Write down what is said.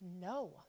no